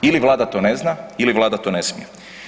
Ili Vlada to ne zna ili Vlada to ne smije.